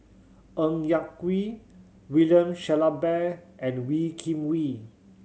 Ng Yak Whee William Shellabear and Wee Kim Wee